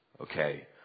Okay